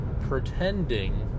pretending